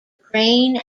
crane